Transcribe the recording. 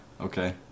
Okay